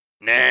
Nah